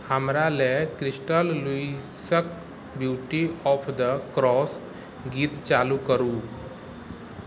हमरा लए क्रिस्टल लुईसक ब्यूटी ऑफ द क्रॉस गीत चालू करू